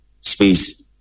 space